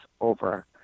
over